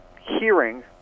hearing